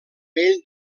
bell